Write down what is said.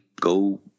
go